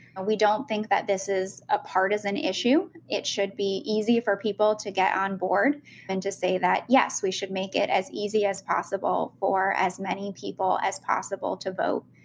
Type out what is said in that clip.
and we don't think that this is a partisan issue. it should be easy for people to get on board and just say that yes, we should make it as easy as possible for as many people as possible to vote,